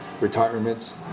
retirements